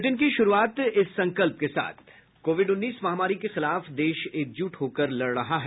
bulletin की शुरूआत इस संकल्प के साथ कोविड उन्नीस महामारी के खिलाफ देश एकजुट होकर लड़ रहा है